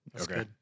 Okay